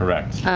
correct.